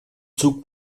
zug